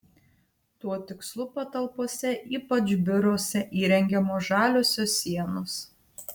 tuo tikslu patalpose ypač biuruose įrengiamos žaliosios sienos